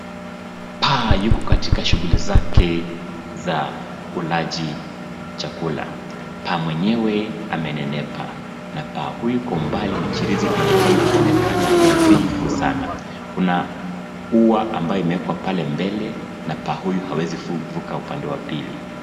Paa yuko katika shughuli zake za ulaji chakula paa mwenyewe amenenepa na paa huyu kwa umbali michirizi inamfanya anaonekana nadhifu sana kuna ua ambayo imewekwa pale mbele na paa huyu hawezi vuka upande wa pili.